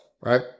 right